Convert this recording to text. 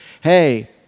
hey